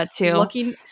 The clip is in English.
looking